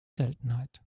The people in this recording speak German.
seltenheit